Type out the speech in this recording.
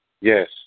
Yes